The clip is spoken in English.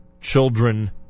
children